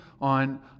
on